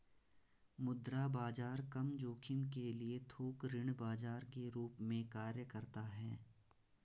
मुद्रा बाजार कम जोखिम के लिए थोक ऋण बाजार के रूप में कार्य करता हैं